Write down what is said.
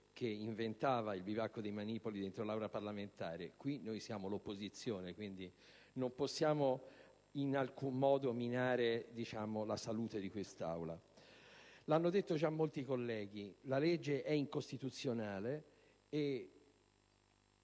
che inventava il bivacco di manipoli dentro un'Aula parlamentare, qui siamo l'opposizione, quindi non possiamo in alcun modo minare la salute di quest'Aula. Lo hanno detto già molti colleghi: la legge è incostituzionale e